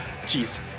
jeez